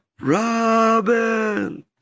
Robin